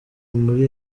muri